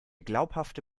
glaubhafte